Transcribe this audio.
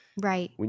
Right